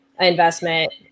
investment